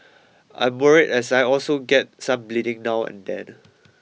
I am worried as I also get some bleeding now and then